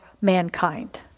mankind